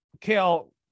kale